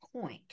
point